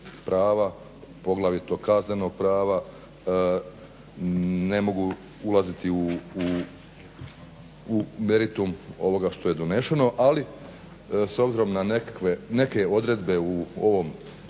prava poglavito kaznenog prava ne mogu ulaziti u meritum ovoga što je donešeno. Ali s obzirom na neke odredbe u ovom